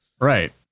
Right